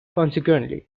consequently